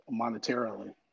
monetarily